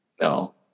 No